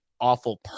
awful